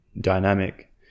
Dynamic